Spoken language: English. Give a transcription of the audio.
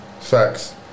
Facts